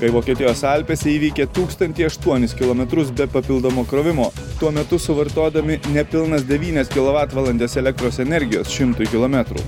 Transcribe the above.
kai vokietijos alpėse įveikė tūkstantį aštuonis kilometrus be papildomo krovimo tuo metu suvartodami nepilnas devynias kilovatvalandes elektros energijos šimtui kilometrų